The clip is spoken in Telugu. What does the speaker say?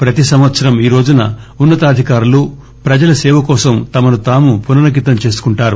ప్రతి సంవత్సరం ఈరోజున ఉన్న తాధికారులు ప్రజల సేవ కోసం తమనుతాము పునరంకితం చేసుకుంటారు